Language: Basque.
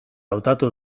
hautatu